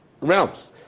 realms